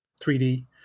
3D